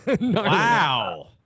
Wow